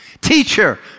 teacher